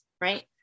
Right